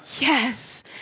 yes